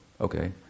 okay